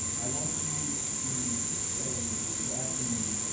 i want you to say after me,